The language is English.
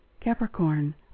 capricorn